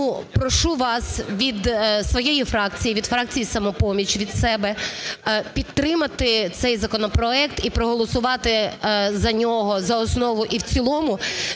прошу вас від своєї фракції, від фракції "Самопоміч", від себе підтримати цей законопроект і проголосувати за нього за основу і в цілому